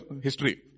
history